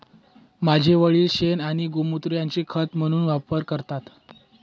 माझे वडील शेण आणि गोमुत्र यांचा खत म्हणून वापर करतात